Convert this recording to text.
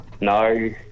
No